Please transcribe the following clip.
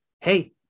Hey